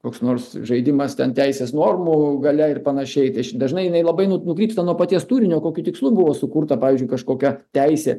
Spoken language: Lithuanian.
koks nors žaidimas ten teisės normų galia ir panašiai dažnai jinai labai nukrypsta nuo paties turinio kokiu tikslu buvo sukurta pavyzdžiui kažkokia teisė